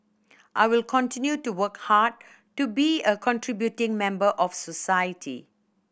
I will continue to work hard to be a contributing member of society